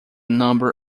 number